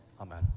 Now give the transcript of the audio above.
Amen